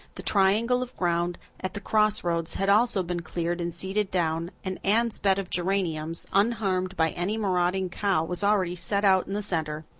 the triangle of ground at the cross roads had also been cleared and seeded down, and anne's bed of geraniums, unharmed by any marauding cow, was already set out in the center.